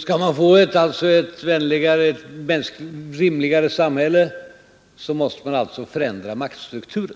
Skall man få ett rimligare samhälle, måste man alltså förändra maktstrukturen.